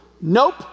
Nope